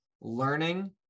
learning